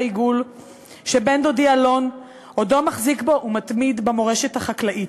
בעיגול שבן-דודי אלון עודו מחזיק בו ומתמיד במורשת החקלאית.